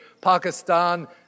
Pakistan